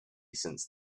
since